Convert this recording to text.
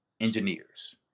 engineers